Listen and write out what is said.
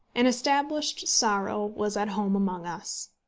an established sorrow was at home among us.